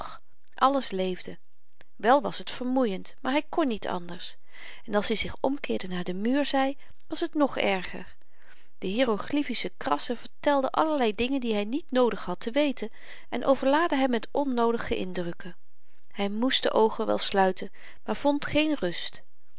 alles leefde wel was t vermoeiend maar hy kon niet anders en als i zich omkeerde naar de muur zy was t nog erger de hieroglyfische krassen vertelden allerlei dingen die hy niet noodig had te weten en overlaadden hem met onnoodige indrukken hy moest de oogen wel sluiten maar vond geen rust